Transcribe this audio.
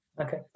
okay